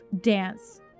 dance